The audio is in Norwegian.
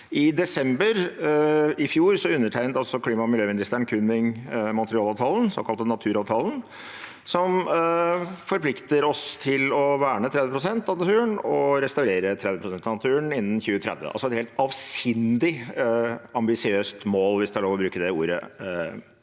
I desember i fjor undertegnet klima- og miljøministeren Kunming–Montreal-avtalen, den såkalte naturavtalen, som forplikter oss til å verne 30 pst. og restaurere 30 pst. av naturen innen 2030. Det er altså et helt avsindig ambisiøst mål – hvis det er lov å bruke det ordet,